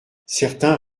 certains